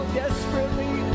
desperately